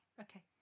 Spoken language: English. okay